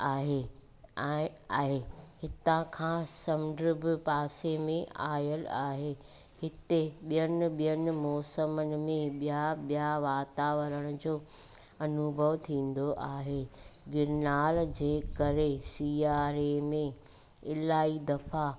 आहे ऐं आहे हितां खां समुंड बि पासे में आयल आहे हिते ॿियनि ॿियनि मौसमनि में ॿियां ॿियां वातावरण जो अनुभव थींदो आहे गिरनार जे करे सियारे में इलाही दफ़ा